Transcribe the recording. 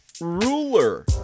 ruler